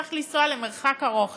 וצריך לנסוע למרחק רב יותר,